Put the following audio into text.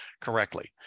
correctly